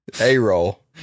A-roll